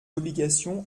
obligations